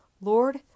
lord